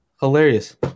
Hilarious